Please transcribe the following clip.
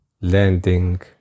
landing